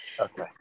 Okay